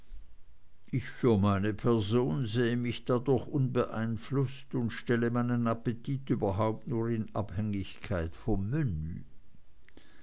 ich für meine person sehe mich dadurch unbeeinflußt und stelle meinen appetit überhaupt nur in abhängigkeit vom